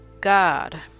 God